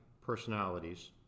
personalities